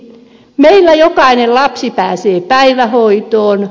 meillä jokainen lapsi pääsee päivähoitoon